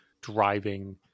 driving